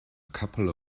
couple